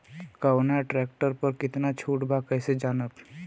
कवना ट्रेक्टर पर कितना छूट बा कैसे जानब?